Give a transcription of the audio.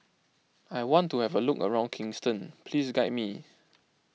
I want to have a look around Kingston please guide me